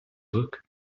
look